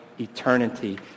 eternity